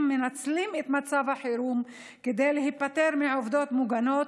מנצלים את מצב החירום כדי להיפטר מעובדות מוגנות.